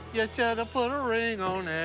ya shoulda put a ring on it.